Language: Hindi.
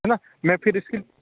है ना मैं फिर सिर्फ़